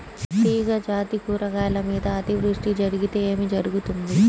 తీగజాతి కూరగాయల మీద అతివృష్టి జరిగితే ఏమి జరుగుతుంది?